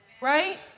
Right